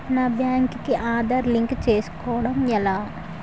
నా బ్యాంక్ కి ఆధార్ లింక్ చేసుకోవడం ఎలా?